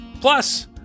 Plus